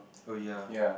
oh ya